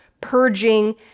purging